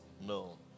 No